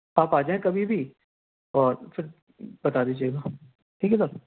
آپ آجائیں کبھی بھی اور پھر بتا دیجیےگا ٹھیک ہے سر